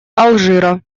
алжира